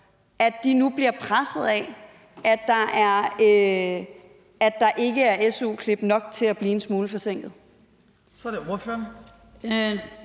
de nu bliver presset af, at der ikke er su-klip nok til at blive en smule forsinket?